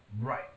Right